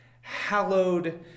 hallowed